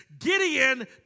Gideon